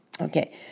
Okay